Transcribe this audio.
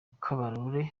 kabarore